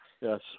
Yes